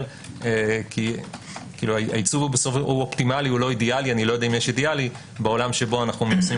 כי הייצוג אופטימלית ולא אידיאלי בעולם שבו מיישמים